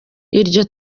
iryo